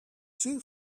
two